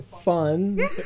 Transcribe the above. fun